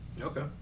Okay